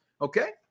Okay